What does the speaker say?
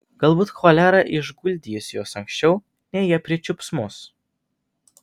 galbūt cholera išguldys juos anksčiau nei jie pričiups mus